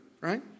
right